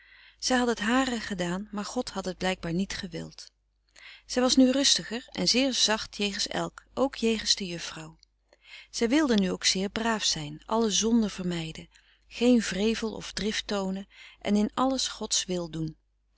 zij had het hare gedaan maar god had het blijkbaar niet gewild zij was nu rustiger en zeer zacht jegens elk ook jegens de juffrouw zij wilde nu ook zeer braaf zijn alle zonde vermijden geen wrevel of drift toonen en in alles gods wil doen